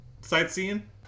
Sightseeing